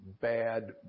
bad